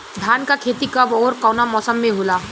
धान क खेती कब ओर कवना मौसम में होला?